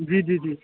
जी जी जी